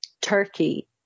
Turkey